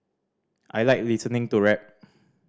I like listening to rap